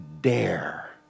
dare